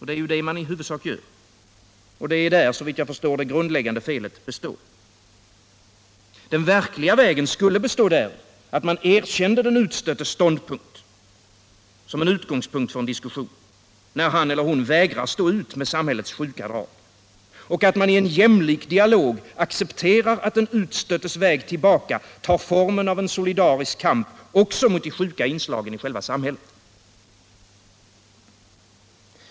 Det är ju det man i huvudsak gör, och det är där, såvitt jag förstår, som det grundläggande felet ligger. Den verkliga vägen skulle bestå i att man erkänner den utstöttes ståndpunkt som en utgångspunkt för en diskussion, när han eller hon vägrar stå ut med samhällets sjuka drag, och att man i en jämlik dialog accepterar att den utstöttes väg tillbaka tar formen av en solidarisk kamp också mot de sjuka inslagen i själva samhället.